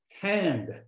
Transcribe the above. hand